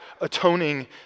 atoning